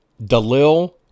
Dalil